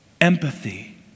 empathy